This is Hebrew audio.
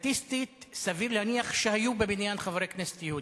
סטטיסטית סביר להניח שהיו בבניין חברי כנסת יהודים.